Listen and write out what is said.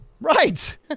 Right